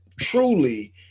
truly